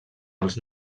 els